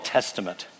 Testament